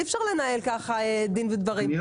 אי אפשר לנהל ככה דין ודברים,